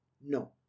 No